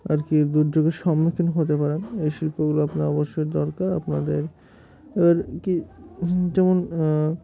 আর কি দুর্যোগের সম্মুখীন হতে পারেন এই শিল্পগুলো আপনার অবশ্যই দরকার আপনাদের এবার কি যেমন